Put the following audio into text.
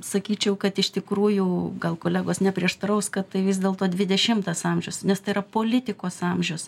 sakyčiau kad iš tikrųjų gal kolegos neprieštaraus kad tai vis dėlto dvidešimtas amžius nes tai yra politikos amžius